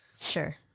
Sure